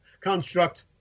construct